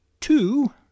two